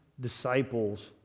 disciples